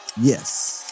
Yes